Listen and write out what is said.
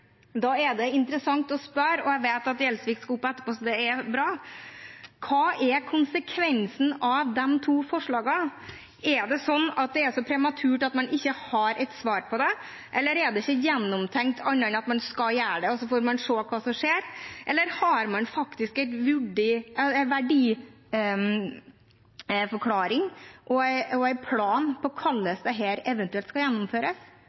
Jeg vet at Gjelsvik skal opp på talerstolen etterpå, og det er bra, for da er det interessant å spørre: Hva er konsekvensen av de to forslagene? Er det sånn at det er så prematurt at man ikke har et svar på det, eller er det ikke gjennomtenkt, annet enn at man skal gjøre det, og så får man se hva som skjer? Har man en verdiforklaring og en plan for hvordan dette eventuelt skal gjennomføres?